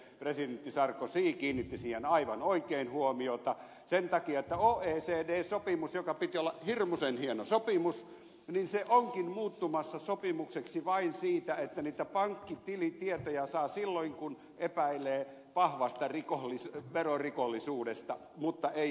presidentti sarkozy kiinnitti siihen aivan oikein huomiota sen takia että oecd sopimus jonka piti olla hirmuisen hieno sopimus onkin muuttumassa sopimukseksi vain siitä että niitä pankkitilitietoja saa silloin kun epäilee vahvasta verorikollisuudesta mutta ei yleisemmin